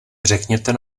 řekněte